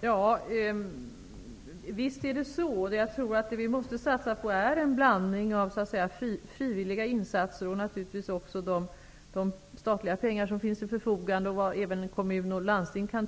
Herr talman! Visst är det som Christer Lindblom säger. Jag tror att det vi måste satsa på är en blandning av frivilliga insatser, de statliga pengar som finns till förfogande och vad kommuner och landsting kan